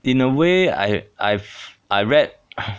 in a way I I've I read